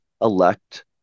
elect